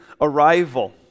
arrival